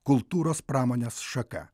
kultūros pramonės šaka